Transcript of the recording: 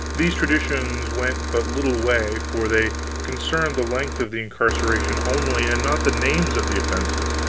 these traditions went but little way, for they concerned the length of the incarceration only, and not the names of the offenses.